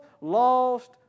lost